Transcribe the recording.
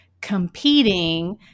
competing